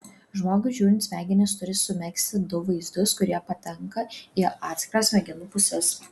žmogui žiūrint smegenys turi sumegzti du vaizdus kurie patenka į atskiras smegenų puses